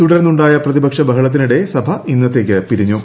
തുടർന്നുണ്ടായ പ്രതിപക്ഷ ബഹളത്തിനിടെ സഭ ഇന്നത്തേക്ക് പിരിഞ്ഞു